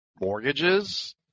mortgages